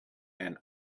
and